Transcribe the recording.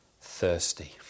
thirsty